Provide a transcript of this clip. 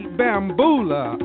bambula